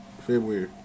February